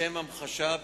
לשם המחשה,